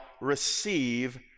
receive